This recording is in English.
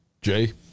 jay